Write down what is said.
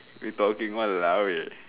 you talking !walao! eh